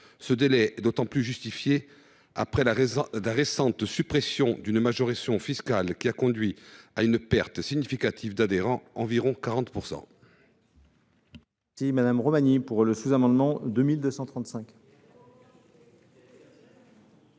Ce délai est d’autant plus justifié après la récente suppression d’une majoration fiscale qui a conduit à une perte significative d’adhérents – environ 40 %.